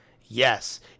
Yes